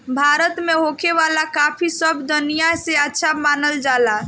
भारत में होखे वाला काफी सब दनिया से अच्छा मानल जाला